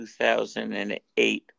2008